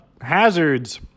Hazard's